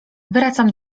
wracam